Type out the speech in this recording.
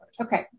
Okay